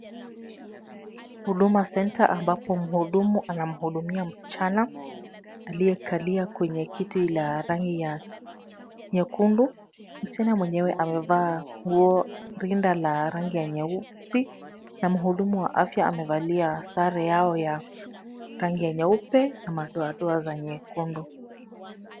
Huduma centre ambapo mhudumu anamhudumia msichana aliyekalia kwenye kiti la rangi ya nyekundu. Msichana mwenyewe amevaa rinda la rangi ya nyeupe na mhudumu wa afya amevalia sare yao ya rangi ya nyeupe na madoadoa za nyekundu.